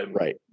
Right